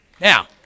Now